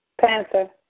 Panther